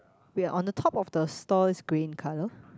we are on the top of the store's green colour